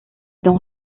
dans